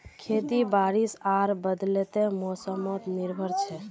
खेती बारिश आर बदलते मोसमोत निर्भर छे